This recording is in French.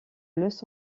los